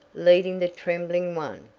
leading the trembling one.